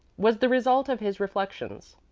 was the result of his reflections.